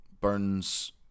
Burns